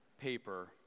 paper